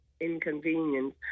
inconvenience